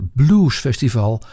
bluesfestival